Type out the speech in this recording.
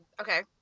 Okay